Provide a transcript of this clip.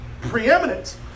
preeminent